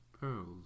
pearls